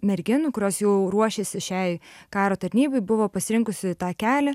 merginų kurios jau ruošėsi šiai karo tarnybai buvo pasirinkusi tą kelią